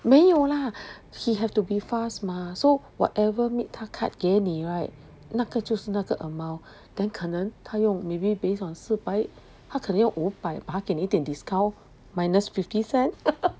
没有啦 he have to be fast mah so whatever meat 他 cut 给你 right 那个就是那个 amount then 可能他用 maybe based on 四百他可能五百他给你一点 discount minus fifty cents